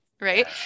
Right